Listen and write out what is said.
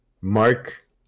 Mark